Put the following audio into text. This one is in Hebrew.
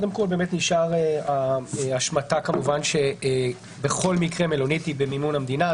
נשארה ההשמטה שבכל מקרה מלונית היא במימון המדינה.